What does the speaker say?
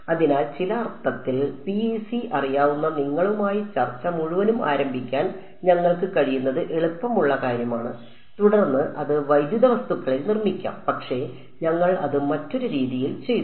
അതിനാൽ ചില അർത്ഥത്തിൽ PEC അറിയാവുന്ന നിങ്ങളുമായി ചർച്ച മുഴുവനും ആരംഭിക്കാൻ ഞങ്ങൾക്ക് കഴിയുന്നത് എളുപ്പമുള്ള കാര്യമാണ് തുടർന്ന് അത് വൈദ്യുത വസ്തുക്കളിൽ നിർമ്മിക്കാം പക്ഷേ ഞങ്ങൾ അത് മറ്റൊരു രീതിയിൽ ചെയ്തു